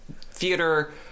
theater